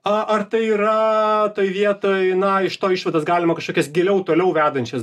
a ar tai yra toj vietoj na iš to išvadas galima kažkokias giliau toliau vedančias